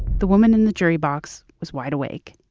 the woman in the jury box was wide awake